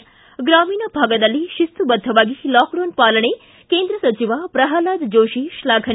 ಿ ಗ್ರಾಮೀಣ ಭಾಗದಲ್ಲಿ ಶಿಸ್ತು ಬದ್ದವಾಗಿ ಲಾಕ್ಡೌನ್ ಪಾಲನೆ ಕೇಂದ್ರ ಸಚಿವ ಪ್ರಹ್ಲಾದ್ ಜೋಶಿ ಶ್ಲಾಫನೆ